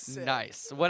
Nice